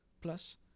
Plus